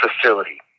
facility